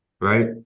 Right